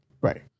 Right